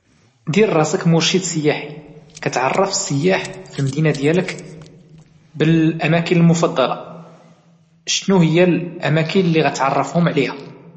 دير راسك مرشد سياحي كتعرف السياح في المدينة ديالك بالاماكن المفضلة شنو هي الاماكن اللي غتغرفهم عليها؟